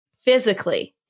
physically